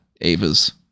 Ava's